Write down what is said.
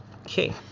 Okay